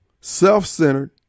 self-centered